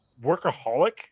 workaholic